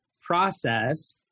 process